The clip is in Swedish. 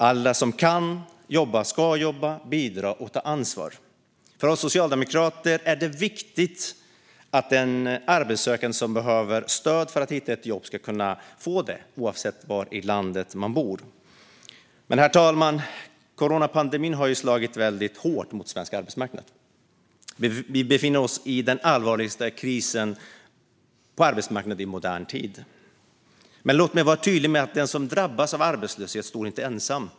Alla som kan jobba ska jobba, bidra och ta ansvar. För oss socialdemokrater är det viktigt att en arbetssökande som behöver stöd för att hitta ett jobb ska kunna få det, oavsett var i landet man bor. Men, herr talman, coronapandemin har slagit väldigt hårt mot svensk arbetsmarknad. Vi befinner oss i den allvarligaste krisen på arbetsmarknaden i modern tid. Men låt mig vara tydlig med att den som drabbas av arbetslöshet inte står ensam.